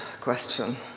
question